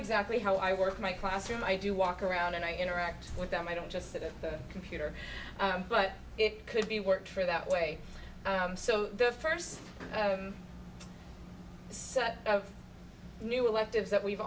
exactly how i work my classroom i do walk around and i interact with them i don't just sit at the computer but it could be worked for that way so the first set of new electives that we've